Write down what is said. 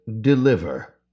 deliver